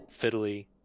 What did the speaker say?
fiddly